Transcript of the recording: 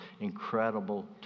incredible